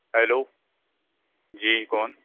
hello جی کون